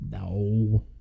No